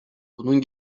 bunun